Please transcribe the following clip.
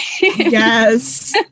Yes